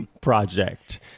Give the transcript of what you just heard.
project